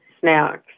snacks